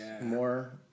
more